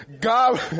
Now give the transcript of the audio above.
God